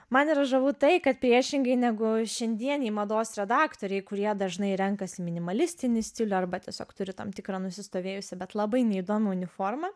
man yra žavu tai kad priešingai negu šiandieniai mados redaktoriai kurie dažnai renkasi minimalistinį stilių arba tiesiog turi tam tikrą nusistovėjusį bet labai neįdomią uniformą